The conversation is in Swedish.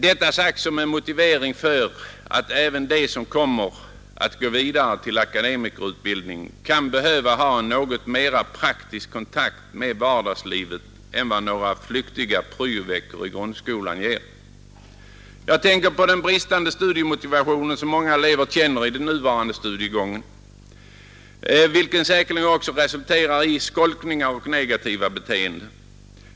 Detta sagt som en motivering för att även de som kommer att gå vidare till akademikerutbildningen kan behöva ha en något mera praktisk kontakt med vardagslivet än vad några flyktiga pryoveckor i grundskolan ger. Jag tänker på den bristande studiemotivation som många elever känner i den nuvarande studiegången, vilken säkerligen också resulterar i skolkning och negativa beteenden.